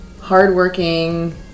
hardworking